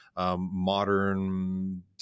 Modern